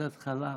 על התחלה רציתי.